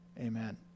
Amen